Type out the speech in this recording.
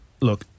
look